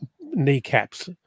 kneecaps